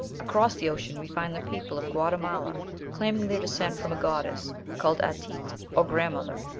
across the ocean we find the people of guatemala claiming their descent from a goddess called at-tit, or grandmother,